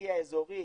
אנרגיה אזורית,